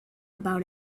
about